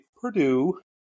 Purdue